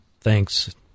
thanks